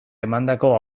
emandako